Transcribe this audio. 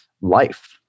life